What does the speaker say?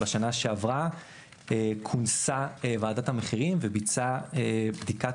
בשנה שעברה כונסה ועדת המחירים וביצעה בדיקת